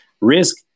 Risk